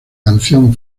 canción